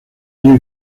olla